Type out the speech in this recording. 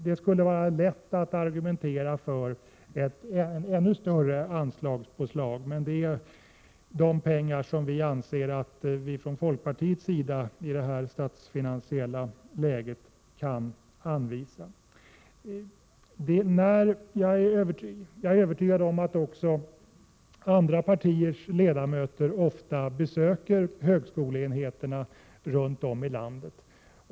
Det skulle vara lätt att argumentera för ännu större anslagsökning. Detta är emellertid de pengar som vi från folkpartiets sida anser att vi kan anvisa i det rådande statsfinansiella läget. Jag är övertygad om att även ledamöter från andra partier ofta besöker högskoleenheterna runt om i landet.